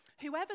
Whoever